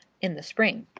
in the spring.